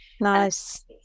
Nice